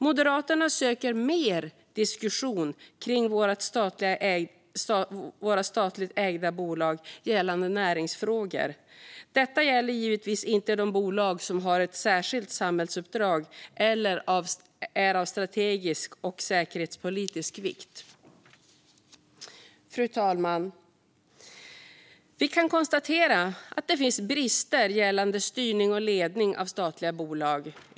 Moderaterna söker mer diskussion kring våra statligt ägda bolag gällande näringsfrågor. Detta gäller givetvis inte de bolag som har ett särskilt samhällsuppdrag eller är av strategisk och säkerhetspolitisk vikt. Fru talman! Vi kan konstatera att det finns brister gällande styrning och ledning av statliga bolag.